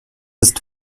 ist